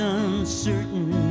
uncertain